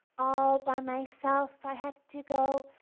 all by myself i have to go,